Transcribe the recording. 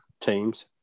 teams